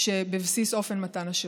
שבבסיס אופן מתן השירות.